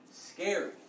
scary